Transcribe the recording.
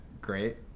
great